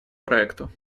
проекту